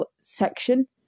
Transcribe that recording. section